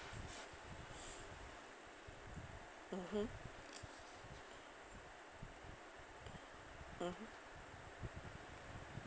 mmhmm mm